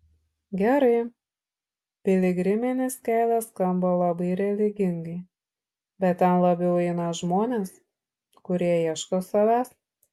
gerai piligriminis kelias skamba labai religingai bet ten labiau eina žmonės kurie ieško savęs